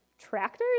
tractors